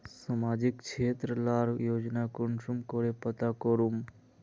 सामाजिक क्षेत्र लार योजना कुंसम करे पता करूम?